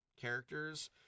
characters